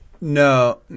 No